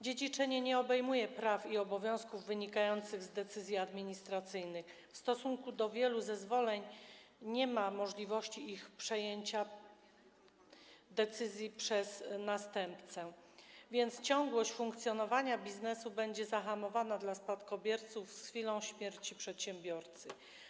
Dziedziczenie nie obejmuje praw i obowiązków wynikających z decyzji administracyjnych, w przypadku wielu zezwoleń nie ma możliwości przejęcia decyzji przez następcę, więc ciągłość funkcjonowania biznesu będzie zahamowana dla spadkobierców z chwilą śmierci przedsiębiorcy.